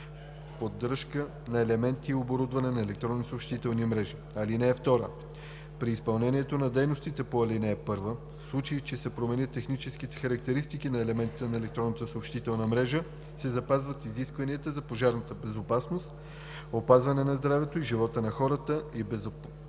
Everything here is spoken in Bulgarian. поддръжка на елементи и оборудване на електронни съобщителни мрежи. (2) При изпълнението на дейностите по ал. 1, в случай че се променят техническите характеристики на елементите на електронната съобщителна мрежа, се спазват изискванията за пожарна безопасност, опазване на здравето и живота на хората и безопасната